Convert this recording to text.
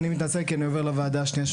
אני מתנצל כי אני עובר לוועדה השנייה.